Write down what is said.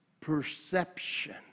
perception